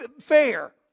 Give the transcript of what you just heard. fair